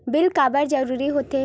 Bill काबर जरूरी होथे?